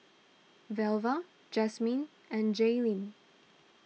Velva Jasmin and Jailyn